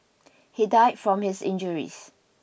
he died from his injuries